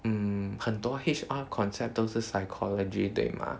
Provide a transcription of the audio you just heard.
mm 很多 H_R concept 都是 psychology 对吗